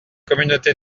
communauté